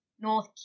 North